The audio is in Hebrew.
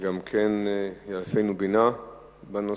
שגם כן יאלפנו בינה בנושא,